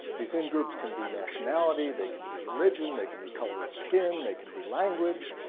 these in groups can be nationality, they can be religion, they can be color of skin, they can be language.